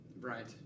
right